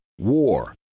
war